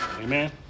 Amen